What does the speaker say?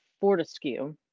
Fortescue